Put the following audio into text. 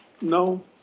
No